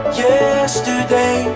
yesterday